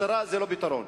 משטרה זה לא פתרון.